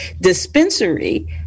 dispensary